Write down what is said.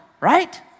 right